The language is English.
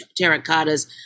terracottas